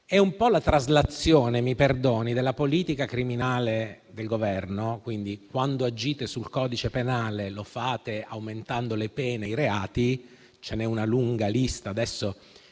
È un po' la traslazione - mi perdoni - della politica criminale del Governo, infatti quando agite sul codice penale, lo fate aumentando le pene e i reati. Ce n'è una lunga lista nel